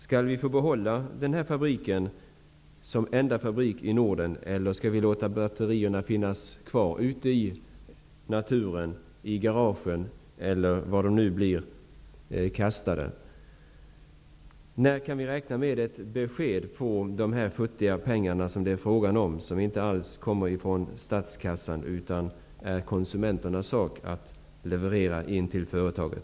Skall vi få behålla denna fabrik, som är den enda i sitt slag i Norden, eller skall vi låta batterierna finnas kvar ute i naturen, i garagen eller var de nu kastas? När kan vi räkna med ett besked om de futtiga pengar som det är fråga om och som inte alls kommer från statskassan, utan det är konsumenterna som finanserierar detta genom att lämna in uttjänta blybatterier till företaget?